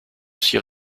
aussi